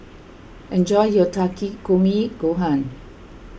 enjoy your Takikomi Gohan